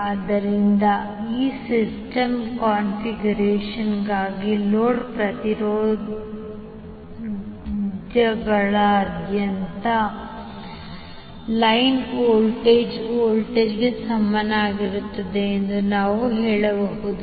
ಆದ್ದರಿಂದ ಈ ಸಿಸ್ಟಮ್ ಕಾನ್ಫಿಗರೇಶನ್ಗಾಗಿ ಲೋಡ್ ಪ್ರತಿರೋಧಗಳಾದ್ಯಂತ ಲೈನ್ ವೋಲ್ಟೇಜ್ ವೋಲ್ಟೇಜ್ಗೆ ಸಮಾನವಾಗಿರುತ್ತದೆ ಎಂದು ನಾವು ಹೇಳಬಹುದು